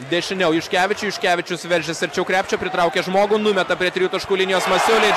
dešiniau juškevičiui juškevičius veržiasi arčiau krepšio pritraukia žmogų numeta prie trijų taškų linijos masiulis